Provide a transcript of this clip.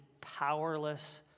powerless